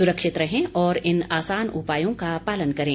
सुरक्षित रहें और इन आसान उपायों का पालन करें